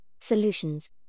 solutions